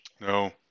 No